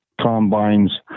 combines